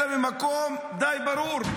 אלא ממקום די ברור: